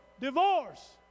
divorce